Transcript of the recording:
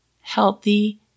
healthy